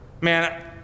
Man